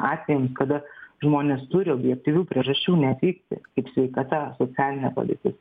atvejams kada žmonės turi objektyvių priežasčių neatvykti kaip sveikata socialinė padėtis